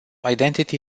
identity